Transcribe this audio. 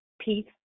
peace